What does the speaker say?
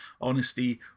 honesty